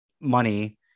money